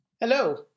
Hello